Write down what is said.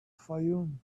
fayoum